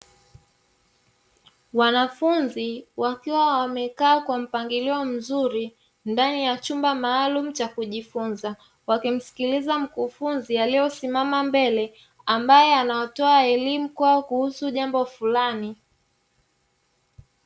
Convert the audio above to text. Wanafunzi wakiwa wamekaa kwa mpangilio mzuri ndani ya chumba maalumu cha kujifunza, wakimskiliza mkufunzi aliesimama mbele ambae anatoa elimu kwao kuhusu jambo fulani.